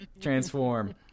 Transform